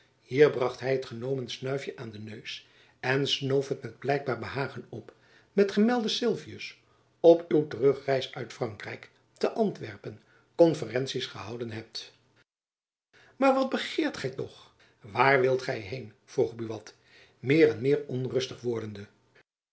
hier bracht hy het genomen snuifjen aan den neus en snoof het met blijkbaar behagen op met gemelden sylvius op uw terugreis uit frankrijk te antwerpen konferenties gehouden hebt maar wat begeert gy toch waar wilt gy heen vroeg buat meer en meer onrustig wordende